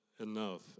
enough